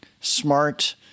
smart